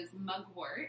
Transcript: mugwort